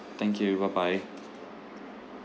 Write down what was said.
thank you bye bye